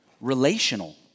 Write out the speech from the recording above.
relational